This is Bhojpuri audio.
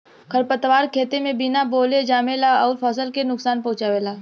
खरपतवार खेते में बिना बोअले जामेला अउर फसल के नुकसान पहुँचावेला